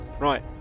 Right